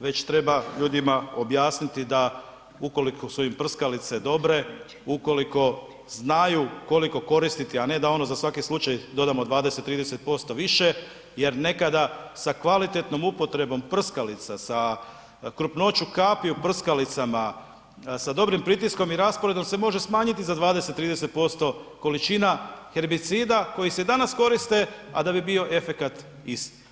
već treba ljudima objasniti da ukoliko su im prskalice dobre, ukoliko znaju koliko koristiti, a ne da ono, za svaki slučaj dodamo 20, 30% više jer nekada sa kvalitetnom upotrebom prskalica, sa krupnoću kapi u prskalicama, sa dobrim pritiskom i rasporedom se može smanjiti za 20, 30% količina herbicida koji se danas koriste, a da bi bio efekat isti.